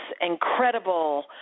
incredible